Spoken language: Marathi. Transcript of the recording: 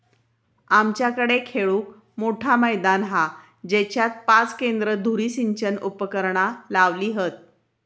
आमच्याकडे खेळूक मोठा मैदान हा जेच्यात पाच केंद्र धुरी सिंचन उपकरणा लावली हत